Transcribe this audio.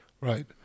right